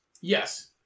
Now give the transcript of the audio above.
Yes